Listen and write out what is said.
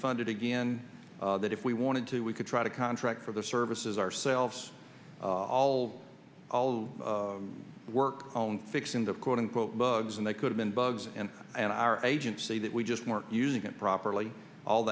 funded again that if we wanted to we could try to contract for the services ourselves all work own fixing the quote unquote bugs and they could have been bugs and and our agency that we just weren't using it properly all